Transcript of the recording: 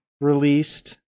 released